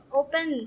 open